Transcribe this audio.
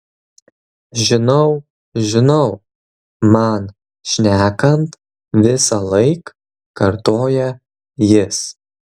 žinau žinau man šnekant visąlaik kartoja jis